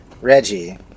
Reggie